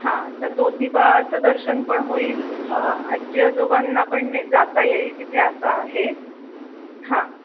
हां तर ज्योतिबाचं दर्शन पण होईल आजी आजोबांना पण ने जाता येईल तिथे असं आहे हां